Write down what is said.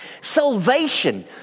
salvation